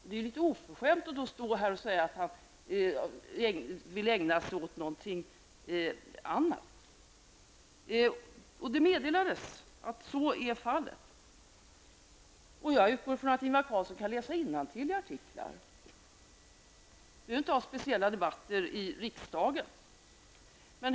Det är därför oförskämt att stå här och säga att Bengt Westerberg hellre ägnar sig åt något annat än att delta i denna debatt. Jag utgår ifrån att Ingvar Carlsson kan läsa innantill i artiklar, och jag tycker inte att vi skall behöva ha speciella debatter om det i riksdagen.